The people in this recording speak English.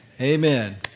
Amen